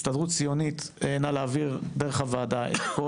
הסתדרות ציונית נא להעביר דרך הוועדה את כל